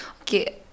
Okay